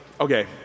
okay